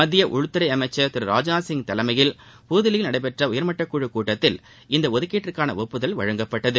மத்திய உள்துறை அமைச்சர் திரு ராஜ்நாத்சிங் தலைமையில் புதுதில்லியில் நடைபெற்ற உயர்மட்டக்குழுக் கூட்டத்தில் இந்த ஒதுக்கீட்டிற்கான ஒப்புதல் வழங்கப்பட்டது